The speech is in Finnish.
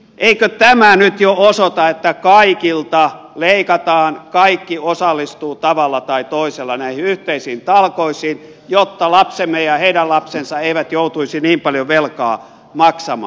eikö tämä nyt jo osoita että kaikilta leikataan kaikki osallistuvat tavalla tai toisella näihin yhteisiin talkoisiin jotta lapsemme ja heidän lapsensa eivät joutuisi niin paljon velkaa maksamaan